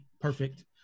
Perfect